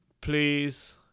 Please